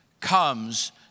comes